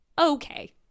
okay